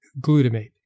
glutamate